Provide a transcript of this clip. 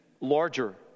larger